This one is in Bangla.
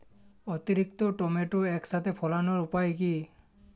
অতিরিক্ত টমেটো একসাথে ফলানোর উপায় কী?